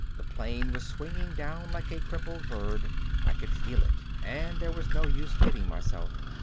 the plane was swinging down like a crippled bird i could feel it and there was no use kidding myself.